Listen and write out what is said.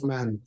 Man